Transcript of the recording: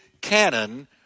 canon